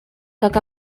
как